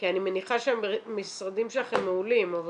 כי אני מניחה שהמשרדים שלכם מעולים אבל